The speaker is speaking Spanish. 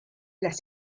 las